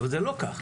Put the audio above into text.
אבל זה לא כך.